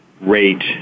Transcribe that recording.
rate